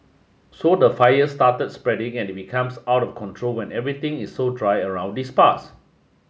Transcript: so the fire starts the spreading and it becomes out of control when everything is so dry around these parts